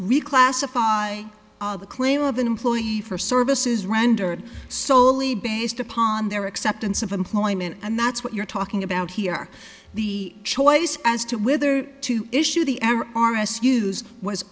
reclassify the claim of an employee for services rendered soley based upon their acceptance of employment and that's what you're talking about here the choice as to whether to issue the m r s q's was